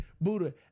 Buddha